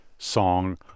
Song